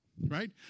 Right